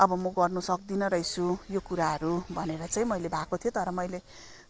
अब म गर्नु सक्दिनँ रहेछु यो कुराहरू भनेर चाहिँ मैले भएको थियो तर मैले